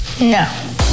No